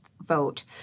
vote